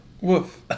Woof